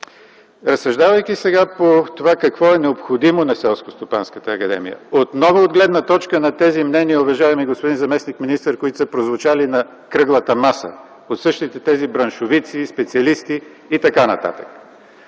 Разсъждавайки сега по това какво е необходимо на Селскостопанската академия от ново от гледна точка на тези мнения, уважаеми господин заместник-министър, които са прозвучали на кръглата маса от същите тези браншовици, специалисти и така нататък